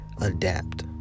adapt